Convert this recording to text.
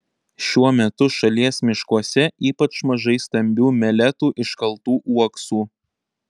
šiuo metu šalies miškuose ypač mažai stambių meletų iškaltų uoksų